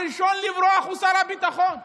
הראשון לברוח הוא שר הביטחון.